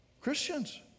Christians